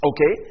Okay